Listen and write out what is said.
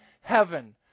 heaven